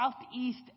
Southeast